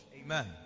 amen